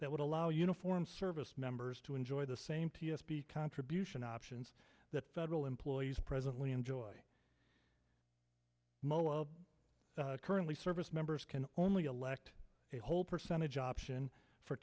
that would allow uniformed service members to enjoy the same t s p contribution options that federal employees presently enjoy currently service members can only elect a whole percentage option for